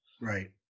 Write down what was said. right